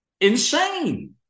insane